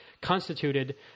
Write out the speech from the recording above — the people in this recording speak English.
constituted